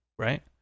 right